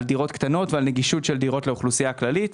על דירות קטנות ועל נגישות של דירות לאוכלוסייה הכללית,